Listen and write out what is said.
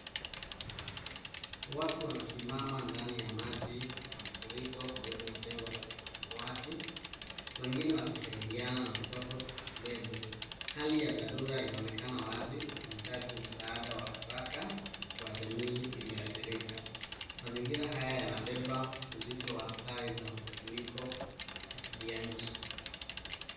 Watu wanasimama ndani ya maji ya mafuriko, karibu na jengo la samawati. Wengine wakisaidiana na mtoto akibebwa. Hali ya dharura inaonekana wazi ikihitaji msaada wa haraka kwa jamii iliyoadhirika .Mazingira haya yanabeba uzito wa adhari za mabadiliko ya tabia nchi.